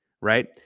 right